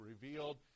revealed